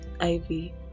Ivy